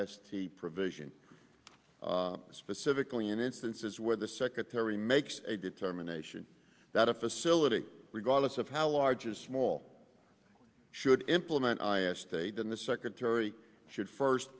c provision specifically in instances where the secretary makes a determination that a facility regardless of how large or small should implement i asked state in the secretary should first